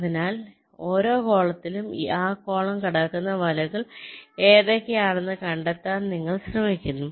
അതിനാൽ ഓരോ കോളത്തിലും ആ കോളം കടക്കുന്ന വലകൾ ഏതൊക്കെയാണെന്ന് കണ്ടെത്താൻ നിങ്ങൾ ശ്രമിക്കുന്നു